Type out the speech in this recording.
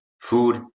food